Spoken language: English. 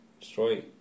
Destroy